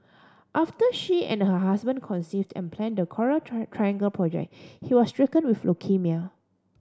after she and her husband conceived and planned the Coral Triangle project he was stricken with leukaemia